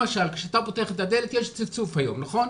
למשל, כשאתה פותח את הדלת יש צפצוף היום, נכון?